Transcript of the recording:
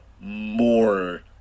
more